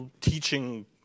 teaching